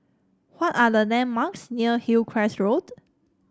what are the landmarks near Hillcrest Road